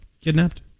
kidnapped